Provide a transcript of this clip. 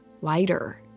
lighter